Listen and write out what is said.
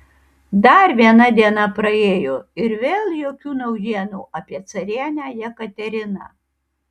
dar viena diena praėjo ir vėl jokių naujienų apie carienę jekateriną